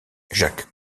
jacques